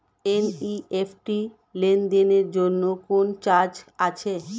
NEFT লেনদেনের জন্য কোন চার্জ আছে?